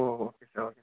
O oh okay sir okay sir